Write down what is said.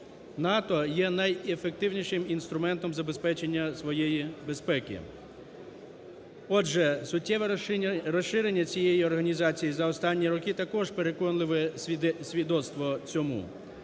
НАТО є найефективнішим інструментом забезпечення своєї безпеки. Отже, суттєве розширення цієї організації за останні роки – також переконливе свідоцтво цьому.